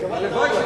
הלוואי,